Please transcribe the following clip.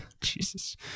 Jesus